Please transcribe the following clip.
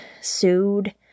sued